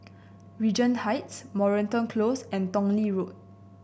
Regent Heights Moreton Close and Tong Lee Road